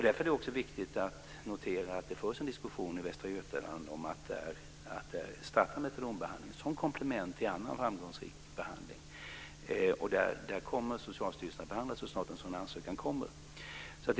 Därför är det också viktigt att notera att det förs en diskussion i Västra Götaland om att starta metadonbehandling som komplement till annan framgångsrik behandling. Socialstyrelsen kommer att behandla en sådan förfrågan så snart en ansökan kommer in.